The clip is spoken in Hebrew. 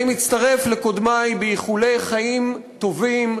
אני מצטרף לקודמי באיחולי חיים טובים,